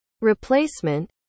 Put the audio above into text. replacement